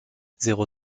zéro